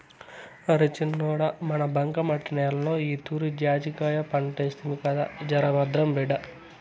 అరే సిన్నోడా మన బంకమట్టి నేలలో ఈతూరి జాజికాయ పంటేస్తిమి కదా జరభద్రం బిడ్డా